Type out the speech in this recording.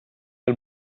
del